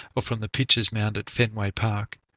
or from the pitcher's mound at fenway park.